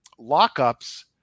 lockups